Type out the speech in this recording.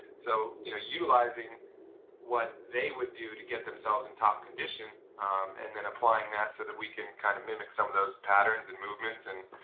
so you know utilizing what they would do to get themselves in top condition um and then applying that so that we can kind of mimic some of those patterns and movements and,